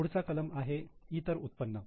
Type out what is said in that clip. पुढचा कलम आहे 'इतर उत्पन्न'